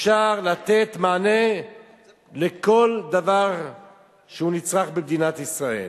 אפשר לתת מענה לכל דבר שהוא נצרך במדינת ישראל.